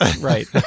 right